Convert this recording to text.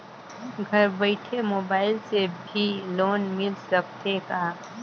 घर बइठे मोबाईल से भी लोन मिल सकथे का?